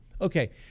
Okay